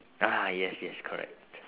ah yes yes correct